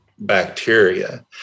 bacteria